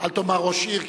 אל תאמר ראש עיר,